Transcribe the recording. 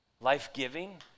life-giving